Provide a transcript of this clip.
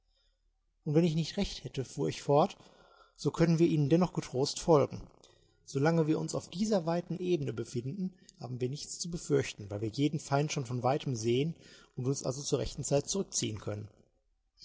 und wenn ich nicht recht hätte fuhr ich fort so können wir ihnen dennoch getrost folgen so lange wir uns auf dieser weiten ebene befinden haben wir nichts zu befürchten weil wir jeden feind schon von weitem sehen und uns also zur rechten zeit zurückziehen können